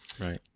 right